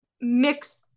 mixed